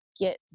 get